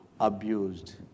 abused